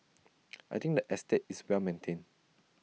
I think the estate is well maintained